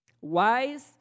Wise